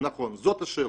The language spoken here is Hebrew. נכון, זאת השאלה.